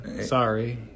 sorry